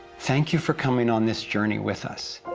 thank you for coming on this journey with us.